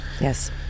Yes